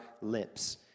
lips